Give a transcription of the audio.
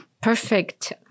perfect